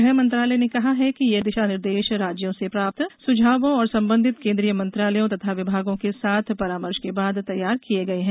गृह मंत्रालय ने कहा है कि ये दिशानिर्देश राज्यों से प्राप्त सुझावों और संबंधित केंद्रीय मंत्रालयों तथा विभागों के साथ परामर्श के बाद तैयार किए गए हैं